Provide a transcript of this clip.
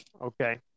okay